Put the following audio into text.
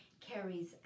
carries